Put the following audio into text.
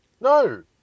No